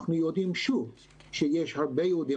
אנחנו יודעים שיש הרבה יהודים